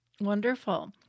Wonderful